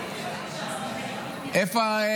איפה?